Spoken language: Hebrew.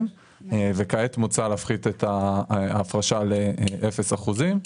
וכעת מוצע להפחית את ההפרשה לאפס אחוזים,